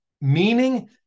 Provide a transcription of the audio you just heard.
meaning